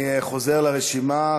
אני חוזר לרשימה.